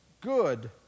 good